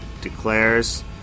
declares